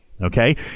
okay